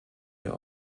der